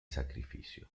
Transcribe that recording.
sacrificio